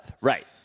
right